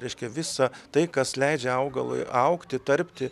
reiškia visą tai kas leidžia augalui augti tarpti